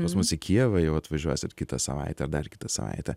pas mus į kijevą jau atvažiuosit kitą savaitę ar dar kitą savaitę